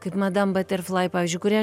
kaip madam baterflai pavyzdžiui kurią